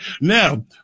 Now